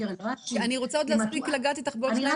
אני רוצה עוד להספיק לגעת איתך בעוד דברים,